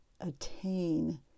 attain